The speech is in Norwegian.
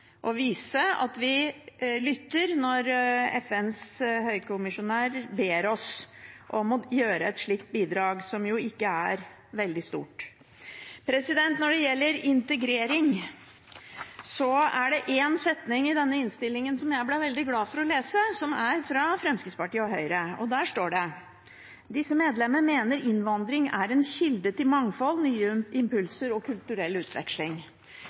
og vise at vi lytter når FNs høykommissær ber oss om å gi et slikt bidrag, som jo ikke er veldig stort. Når det gjelder integrering, er det én setning i denne innstillingen som jeg ble veldig glad for å lese, som er fra Fremskrittspartiet og Høyre. Det er: «Disse medlemmer mener innvandring er en kilde til mangfold, nye impulser og kulturell utveksling.»